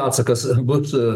atsakas bus